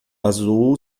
azul